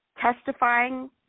Testifying